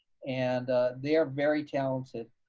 and they are very talented.